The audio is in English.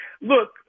Look